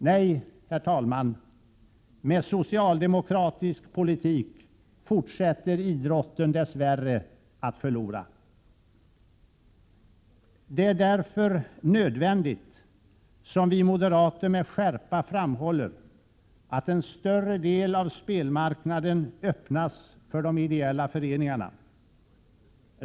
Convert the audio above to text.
Nej, herr talman, med socialdemokratisk politik fortsätter idrotten dess värre att förlora. Det är därför nödvändigt, som vi moderater med skärpa framhåller, att en större del av spelmarknaden öppnas för de ideella föreningarna.